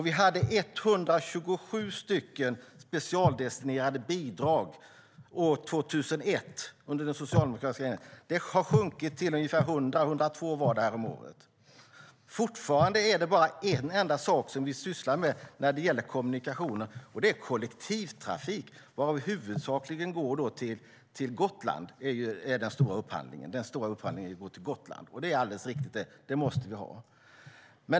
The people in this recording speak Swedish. Vi hade 127 specialdestinerade bidrag år 2001, under den socialdemokratiska regeringen, och de har minskat till 102 häromåret. Fortfarande är det bara en enda sak som vi sysslar med när det gäller kommunikationer, och det är kollektivtrafik, där den stora upphandlingen gäller Gotland. Det är alldeles riktigt - det måste vi ha.